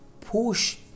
push